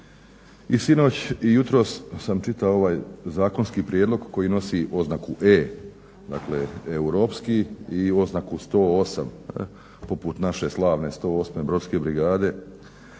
I sinoć i jutros sam čitao ovaj zakonski prijedlog koji nosi oznaku E dakle europski i oznaku 108 poput naše slavne 108. Brodske brigade